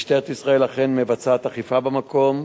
משטרת ישראל אכן מבצעת אכיפה במקום,